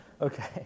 Okay